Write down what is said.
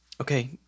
Okay